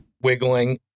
wiggling